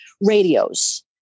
radios